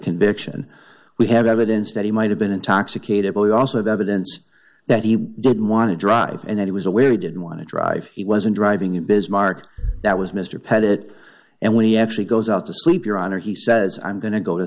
conviction we have evidence that he might have been intoxicated but we also have evidence that he did want to drive and it was aware he didn't want to drive he wasn't driving in bismarck that was mr pettitte and when he actually goes out to sleep your honor he says i'm going to go to